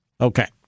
Okay